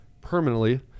permanently